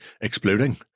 exploding